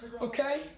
Okay